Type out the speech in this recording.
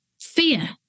fear